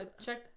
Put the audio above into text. check